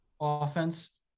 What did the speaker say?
offense